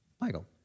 Michael